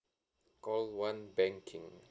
call one banking